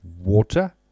water